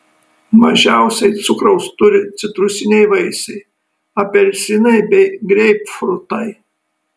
mažiausiai cukraus turi citrusiniai vaisiai apelsinai bei greipfrutai